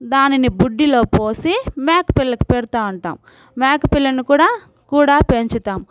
దానిని బుడ్డీలో పోసి మేక పిల్లకి పెడుతూ ఉంటాం మేకపిల్లను కూడా కూడా పెంచుతాం